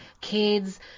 kids